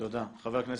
תודה רבה.